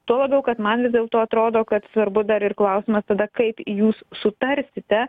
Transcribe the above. tuo labiau kad man vis dėlto atrodo kad svarbu dar ir klausimas tada kaip jūs sutarsite